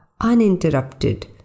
uninterrupted